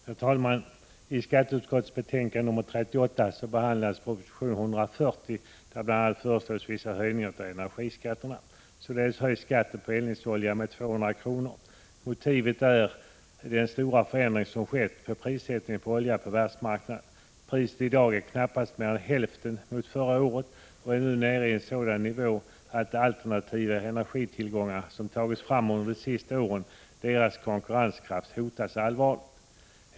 Herr talman! I skatteutskottets betänkande 38 behandlas proposition 140, där bl.a. föreslås vissa höjningar av energiskatterna. Således höjs skatten på eldningsolja med 200 kr. Motivet är den stora förändring som skett på prissättningen på olja på världsmarknaden. Priset är i dag knappast mer än hälften mot förra året och är nu nere i en sådan nivå att konkurrenskraften hos tillgångar som tagits fram under de sista åren hotas allvarligt.